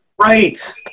Right